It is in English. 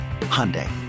Hyundai